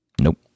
Nope